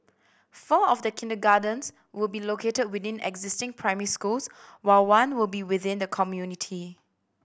four of the kindergartens will be located within existing primary schools while one will be within the community